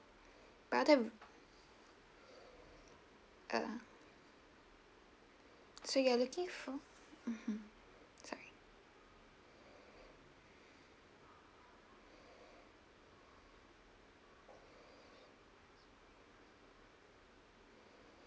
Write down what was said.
rather uh so you're looking for mmhmm sorry